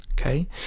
Okay